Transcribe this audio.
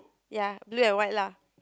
ya blue and white lah